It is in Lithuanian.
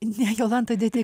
ne jolanta dete